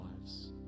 lives